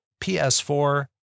PS4